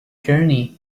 journey